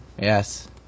Yes